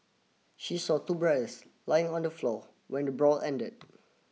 she saw two brothers lying on the floor when the brawl ended